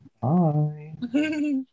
Bye